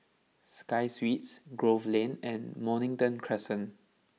Sky Suites Grove Lane and Mornington Crescent